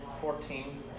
Fourteen